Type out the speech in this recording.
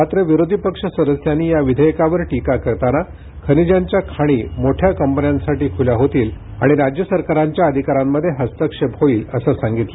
मात्र विरोधी पक्ष सदस्यांनी या विधेयकावर टिका करताना खनिजांच्या खाणी मोठ्या कंपन्यांसाठी खुल्या होतील आणि राज्य सरकारांच्या अधिकारांमध्ये हस्तक्षेप होईल असे सांगितले